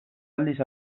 aldiz